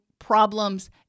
problems